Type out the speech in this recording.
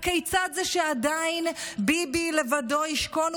הכיצד זה שעדיין ביבי לבדו ישכון,